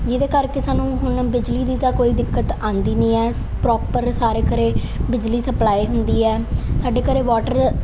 ਜਿਹਦੇ ਕਰਕੇ ਸਾਨੂੰ ਹੁਣ ਬਿਜਲੀ ਦੀ ਤਾਂ ਕੋਈ ਦਿੱਕਤ ਆਉਂਦੀ ਨਹੀਂ ਹੈ ਸ ਪ੍ਰੋਪਰ ਸਾਰੇ ਘਰ ਬਿਜਲੀ ਸਪਲਾਈ ਹੁੰਦੀ ਹੈ ਸਾਡੇ ਘਰ ਵਾਟਰ